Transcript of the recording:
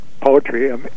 poetry